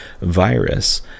virus